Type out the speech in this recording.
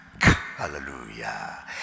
Hallelujah